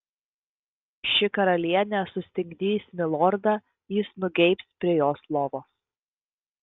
ši karalienė sustingdys milordą jis nugeibs prie jos lovos